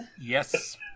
Yes